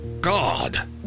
God